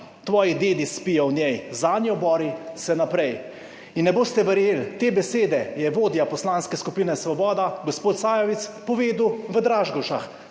tvoji dedi spijo v njej, zanjo bori se naprej!« In ne boste verjeli, te besede je vodja Poslanske skupine Svoboda gospod Sajovic povedal v Dražgošah.